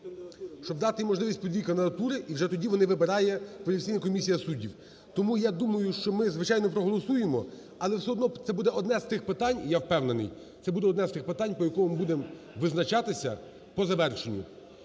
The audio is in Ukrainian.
щоб дати можливість по дві кандидатури, і вже тоді вони вибирає… Апеляційна комісія суддів. Тому, я думаю, що ми, звичайно, проголосуємо, але все одно це буде одне з тих питань, я впевнений, це буде одне з тих питань, по якому ми будемо визначатися по завершенню.